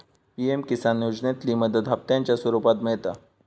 PM Kisan योजनेतली मदत हप्त्यांच्या स्वरुपात मिळता